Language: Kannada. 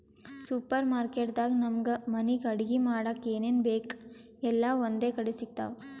ಸೂಪರ್ ಮಾರ್ಕೆಟ್ ದಾಗ್ ನಮ್ಗ್ ಮನಿಗ್ ಅಡಗಿ ಮಾಡಕ್ಕ್ ಏನೇನ್ ಬೇಕ್ ಎಲ್ಲಾ ಒಂದೇ ಕಡಿ ಸಿಗ್ತಾವ್